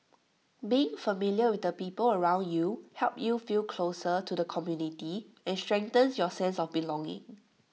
being familiar with the people around you helps you feel closer to the community and strengthens your sense of belonging